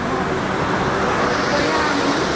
हय हय खंय या आमी